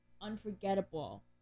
unforgettable